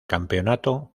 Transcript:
campeonato